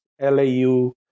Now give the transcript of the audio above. LAU